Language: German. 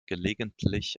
gelegentlich